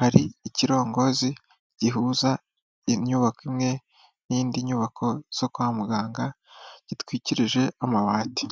hari ikirongozi gihuza inyubako imwe n'indi nyubako zo kwa muganga, gitwikirije amabati.